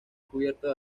cubierto